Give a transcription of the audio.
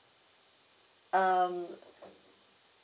um